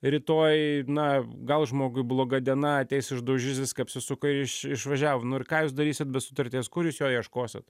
rytoj na gal žmogui bloga diena ateis išdaužys viską apsisuko ir iš išvažiavo nu ir ką jūs darysit be sutarties kur jūs jo ieškosit